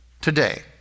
today